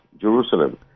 Jerusalem